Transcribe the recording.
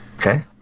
Okay